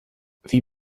wie